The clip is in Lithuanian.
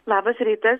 labas rytas